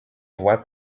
voie